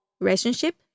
relationship